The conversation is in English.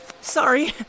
sorry